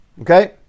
Okay